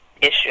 issue